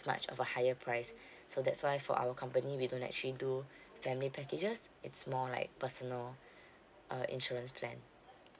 much of a higher price so that's why for our company we don't actually do family packages it's more like personal uh insurance plan